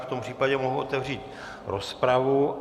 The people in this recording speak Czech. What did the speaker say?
V tom případě mohu otevřít rozpravu.